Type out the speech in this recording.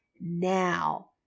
now